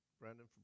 Brandon